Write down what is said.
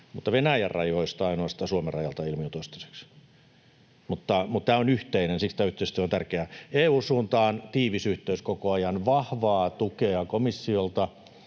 mutta Venäjän rajoista ainoastaan Suomen rajalla tämä ilmiö toistaiseksi. Mutta tämä on yhteinen. Siksi tämä yhteistyö on tärkeää. EU:n suuntaan on tiivis yhteys koko ajan, [Mika Kari: Oikein!]